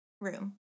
room